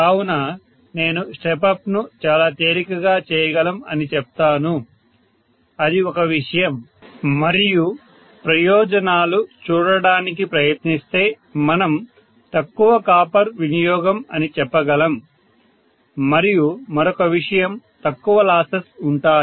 కావున నేను step up ను చాలా తేలికగా చేయగలం అని చెప్తాను అది ఒక విషయం మరియు ప్రయోజనాలు చూడటానికి ప్రయత్నిస్తే మనం తక్కువ కాపర్ వినియోగం అని చెప్పగలం మరియు మరొక విషయం తక్కువ లాసెస్ ఉంటాయి